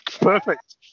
Perfect